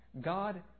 God